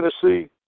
Tennessee